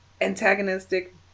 antagonistic